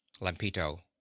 Lampito